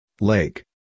lake